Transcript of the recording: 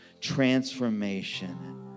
Transformation